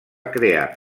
crear